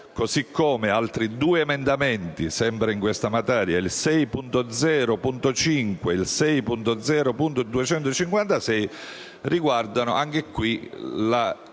così come in altri due emendamenti sempre in questa materia, il 6.0.5 e il 6.0.256, riguarda anche qui la tutela